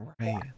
right